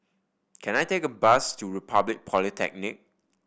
can I take a bus to Republic Polytechnic